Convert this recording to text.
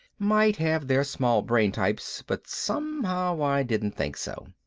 might have their small-brain types, but somehow i didn't think so.